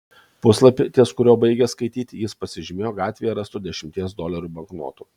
puslapį ties kuriuo baigė skaityti jis pasižymėjo gatvėje rastu dešimties dolerių banknotu